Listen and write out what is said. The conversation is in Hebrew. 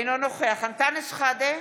אינו נוכח אנטאנס שחאדה,